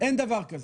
אין דבר כזה.